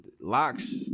locks